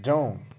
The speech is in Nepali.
जाउँ